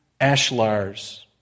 ashlars